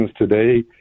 today